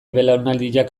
belaunaldiak